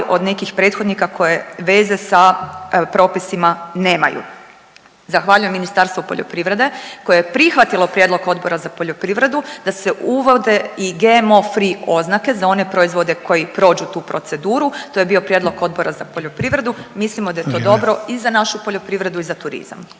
od nekih prethodnika koje veze sa propisima nemaju. Zahvaljujem Ministarstvo poljoprivrede koje je prihvatilo prijedlog Odbora za poljoprivredu da se uvode i GMO free oznake za one proizvode koji prođu tu proceduru. To je bio prijedlog Odbor za poljoprivredu …/Upadica Sanader: Vrijeme./… mislimo da je to dobro i za našu poljoprivredu i za turizam.